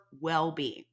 well-being